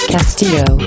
Castillo